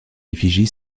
effigie